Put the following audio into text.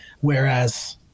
Whereas